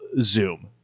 Zoom